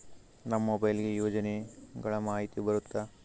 ನಮ್ ಮೊಬೈಲ್ ಗೆ ಯೋಜನೆ ಗಳಮಾಹಿತಿ ಬರುತ್ತ?